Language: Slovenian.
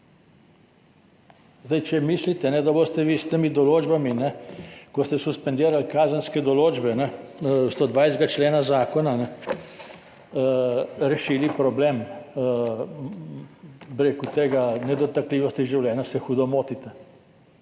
možno. Če mislite, da boste vi s temi določbami, ko ste suspendirali kazenske določbe 120. člena zakona, rešili problem nedotakljivosti življenja, se hudo motite.